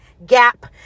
gap